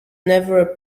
never